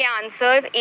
answers